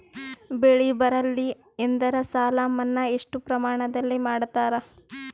ಬೆಳಿ ಬರಲ್ಲಿ ಎಂದರ ಸಾಲ ಮನ್ನಾ ಎಷ್ಟು ಪ್ರಮಾಣದಲ್ಲಿ ಮಾಡತಾರ?